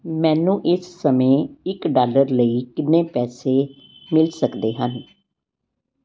ਮੈਨੂੰ ਇਸ ਸਮੇਂ ਇੱਕ ਡਾਲਰ ਲਈ ਕਿੰਨੇ ਪੈਸੇ ਮਿਲ ਸਕਦੇ ਹਨ